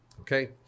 Okay